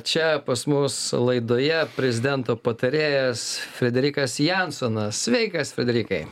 čia pas mus laidoje prezidento patarėjas frederikas jansonas sveikas fredrikai